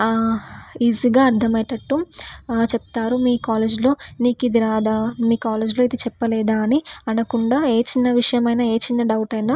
ఈజీగా అర్థమయ్యేటట్టు చెప్తారు మీ కాలేజ్లో నీకిది రాదా మీ కాలేజ్లో ఇది చెప్పలేదా అని అడగకుండా ఏ చిన్న విషయమైన ఏ చిన్న డౌట్ అయిన